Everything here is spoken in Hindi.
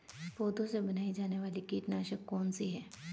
पौधों से बनाई जाने वाली कीटनाशक कौन सी है?